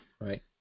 right